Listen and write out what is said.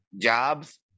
jobs